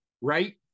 right